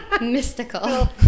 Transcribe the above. mystical